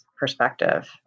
perspective